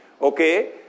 okay